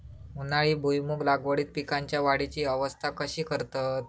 उन्हाळी भुईमूग लागवडीत पीकांच्या वाढीची अवस्था कशी करतत?